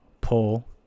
pull